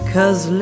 Cause